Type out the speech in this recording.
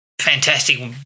fantastic